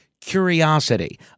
curiosity